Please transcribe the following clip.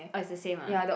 orh it's the same ah